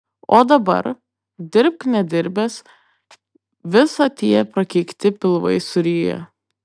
o dabar dirbk nedirbęs visa tie prakeikti pilvai suryja